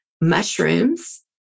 mushrooms